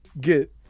get